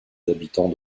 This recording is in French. habitants